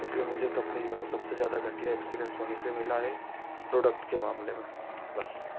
इसलिए मुझे तो अपने जीवन में सबसे ज़्यादा घटिया एक्सपीरियंस वहीं से मिला है प्रोडक्ट के मामले में बस